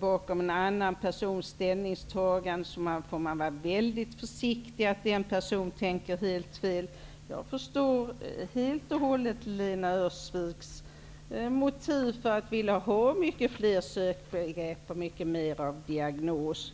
bakom en annan persons ställningstagande måste man vara mycket försiktig med att säga att den personen tänker helt fel. Jag förstår helt Lena Öhrsviks motiv för att vilja ha fler sökbegrepp och mer diagnos.